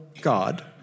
God